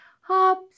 Hop